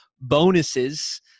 bonuses